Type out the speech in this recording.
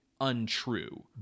untrue